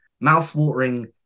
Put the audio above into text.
mouth-watering